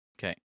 Okay